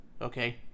Okay